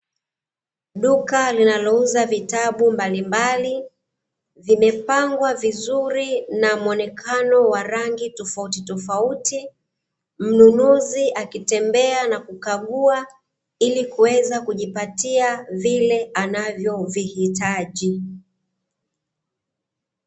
Duka linalouza vitabu mbalimbali vimepangwa vizuri na muonekano wa rangi tofauti tofauti, mnunuzi akitembea na kukagua ili kuweza kujipatia vile anavyovihitaji.